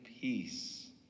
peace